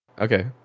Okay